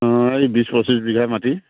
অঁ এই বিছ পঁচিছ বিঘা মাটি